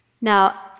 Now